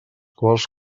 quals